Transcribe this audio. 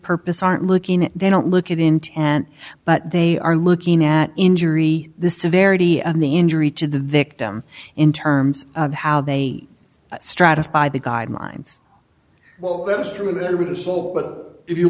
purpose aren't looking they don't look at intent but they are looking at injury the severity of the injury to the victim in terms of how they stratified the guidelines